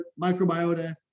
microbiota